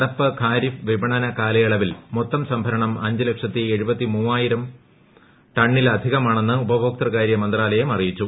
നടപ്പ് ഖാരിഫ് വിപണന കാലയളവിൽ മൊത്തം സംഭരണം അഞ്ച് ലക്ഷത്തിക്ടൂറും ടണ്ണിലധികമാണെന്ന് ഉപഭോക്തൃ കാര്യ മന്ത്രാലയം അറിയിച്ചു